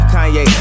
Kanye